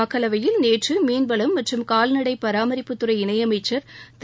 மக்களவையில் நேற்று மீன்வளம் மற்றும் கூல்நடை பராமரிப்புத்துறை இணையமைச்சர் திரு